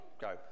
go